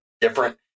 different